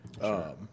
Sure